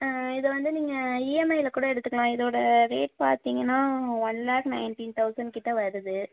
இதை வந்து நீங்கள் இஎம்ஐயில் கூட எடுத்துக்கலாம் இதோட ரேட் பார்த்திங்கனா ஒன் லாக் நைன்டீன் தொளசண்ட் கிட்ட வருது